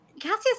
Cassius